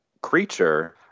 creature